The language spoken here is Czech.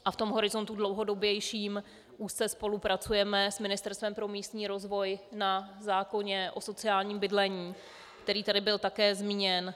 V tom horizontu dlouhodobějším úzce spolupracujeme s Ministerstvem pro místní rozvoj na zákoně o sociálním bydlení, který tady byl také zmíněn.